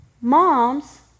moms